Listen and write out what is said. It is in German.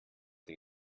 den